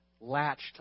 latched